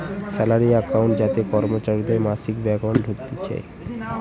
salary account যাতে কর্মচারীদের মাসিক বেতন ঢুকতিছে